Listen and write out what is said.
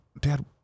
Dad